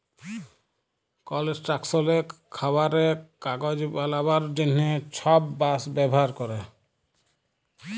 কলস্ট্রাকশলে, খাবারে, কাগজ বালাবার জ্যনহে ছব বাঁশ ব্যাভার ক্যরে